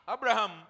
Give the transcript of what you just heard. Abraham